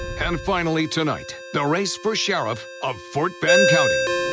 and finally tonight, the race for sheriff of fort bend county.